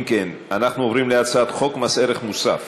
אם כן, אנחנו עוברים להצעת חוק מס ערך מוסף